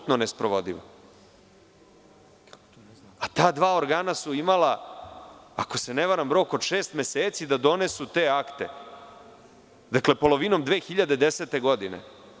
Ta dva organa su imala, ako se ne varam rok od šest meseci da donesu te akte, dakle polovinom 2010. godine.